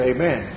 Amen